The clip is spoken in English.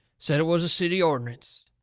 said it was a city ordinance.